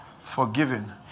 Forgiven